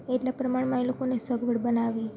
એટલા પ્રમાણમાં એ લોકોને સગવડ બનાવવી